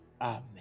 Amen